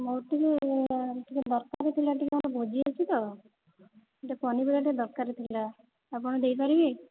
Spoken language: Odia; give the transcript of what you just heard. ମୋର ଟିକିଏ ଟିକିଏ ଦରକାରଥିଲା ଟିକିଏ ମୋର ଭୋଜି ଅଛି ତ ପନିପରିବା ଟିକିଏ ଦରକାରଥିଲା ଆପଣ ଦେଇପାରିବେ